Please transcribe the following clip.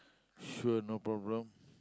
sure no problem